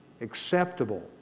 Acceptable